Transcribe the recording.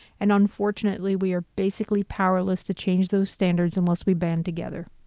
and, unfortunately, we are basically powerless to change those standards unless we band together.